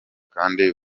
kandi